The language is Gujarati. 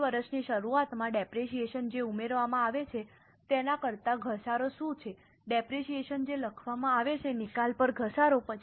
તેથી વર્ષની શરૂઆતમાં ડેપરેશીયેશન જે ઉમેરવામાં આવે છે તેના કરતાં ઘસારો શું છે ડેપરેશીયેશન જે લખવામાં આવે છે નિકાલ પર ઘસારો